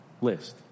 list